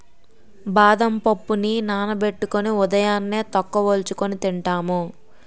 బాదం పప్పుని నానబెట్టుకొని ఉదయాన్నే తొక్క వలుచుకొని తింటాము